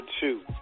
two